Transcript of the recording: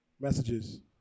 messages